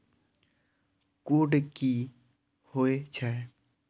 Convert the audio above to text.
Code की होय छै?